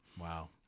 Wow